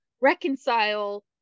reconcile